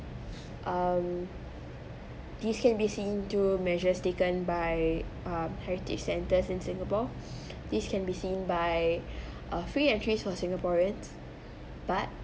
um this can be seen through measures taken by uh heritage centre in singapore this can be seen by uh free entries for singaporeans but